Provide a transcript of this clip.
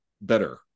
better